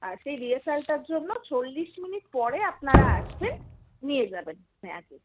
আর সেই রিহার্সালটার জন্য চল্লিশ মিনিট পরে আপনারা আসবেন নিয়ে যাবেন স্নেহাকে